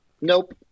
Nope